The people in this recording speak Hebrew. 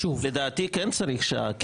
לדעתי צריך לקבוע שעה,